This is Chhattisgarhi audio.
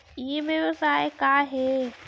ई व्यवसाय का हे?